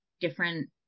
different